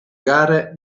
gare